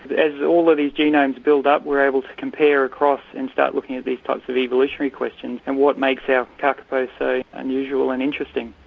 as all of these genomes build up we are able to compare across and start looking at these types of evolutionary questions and what makes our kakapo so unusual and interesting.